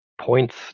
points